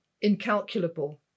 incalculable